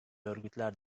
örgütler